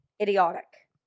idiotic